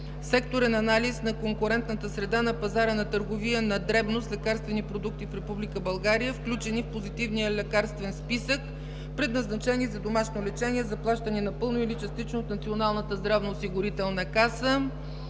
секторен анализ на конкурентната среда на пазара на търговия на дребно с лекарствени продукти в Република България, включени в позитивния лекарствен списък, предназначени за домашно лечение, заплащани напълно или частично от Националната здравноосигурителна каса.